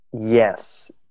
Yes